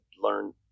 learn